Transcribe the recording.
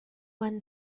one